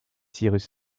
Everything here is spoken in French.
cyrus